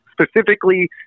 specifically